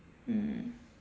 mm